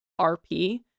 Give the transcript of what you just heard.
RP